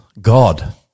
God